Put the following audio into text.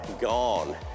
gone